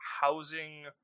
housing